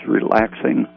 relaxing